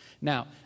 Now